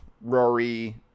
Rory